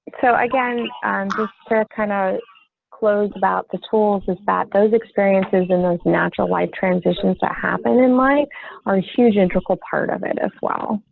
so again, and i'm so kind ah of close about the tools is that those experiences and those natural life transitions that happen in life are huge integral part of it as well.